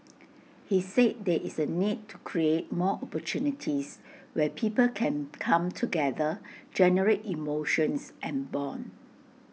he said there is A need to create more opportunities where people can come together generate emotions and Bond